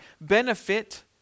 Benefit